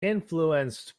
influenced